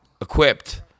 Equipped